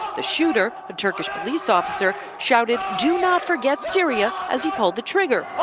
the shooter, a turkish police officer, shouted do not forget syria as he pulled the trigger.